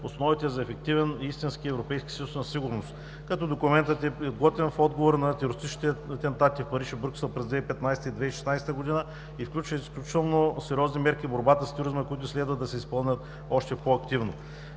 основите за ефективен и истински Европейски съюз на сигурност, като документът е изработен в отговор на терористичните атентати в Париж и Брюксел през 2015 г. и 2016 г. и включва изключително сериозни мерки в борбата с тероризма, които следва да се изпълнят още по-активно.